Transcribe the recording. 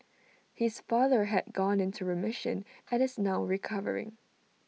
his father has gone into remission and is now recovering